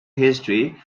history